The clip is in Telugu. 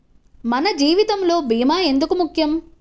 మన జీవితములో భీమా ఎందుకు ముఖ్యం?